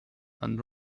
and